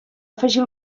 afegir